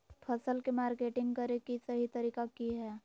फसल के मार्केटिंग करें कि सही तरीका की हय?